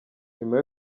nyuma